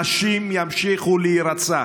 נשים ימשיכו להירצח.